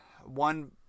one